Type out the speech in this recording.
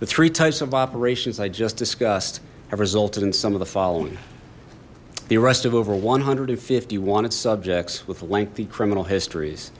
the three types of operations i just discussed have resulted in some of the following the arrests of over one hundred and fifty wanted subjects with lengthy criminal histories